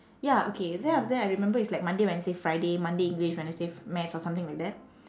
ya okay then after that I remember it's like monday wednesday friday monday english wednesday maths or something like that